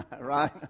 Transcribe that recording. right